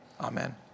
amen